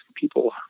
people